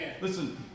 Listen